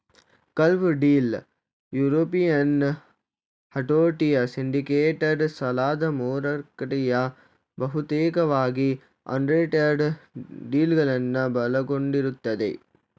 club deal European ಹತೋಟಿಯ syndicated ಸಾಲದಮಾರುಕಟ್ಟೆಯು ಬಹುತೇಕವಾಗಿ ಅಂಡರ್ರೈಟೆಡ್ ಡೀಲ್ಗಳನ್ನ ಒಳಗೊಂಡಿರುತ್ತೆ